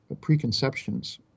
preconceptions